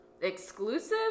exclusive